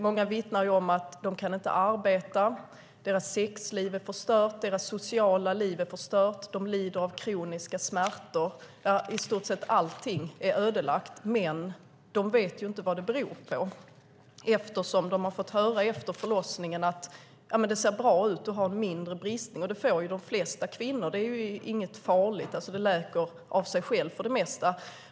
Många vittnar om att de inte kan arbeta, deras sexliv är förstört, deras sociala liv är förstört, de lider av kroniska smärtor. I stort sett allt är ödelagt, men de vet inte vad det beror på eftersom de efter förlossningen har fått höra att det ser bra ut, du har en mindre bristning. Det får de flesta kvinnor, det är inget farligt och läker av sig självt för det mesta.